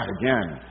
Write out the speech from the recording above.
again